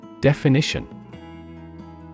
Definition